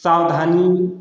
सावधानी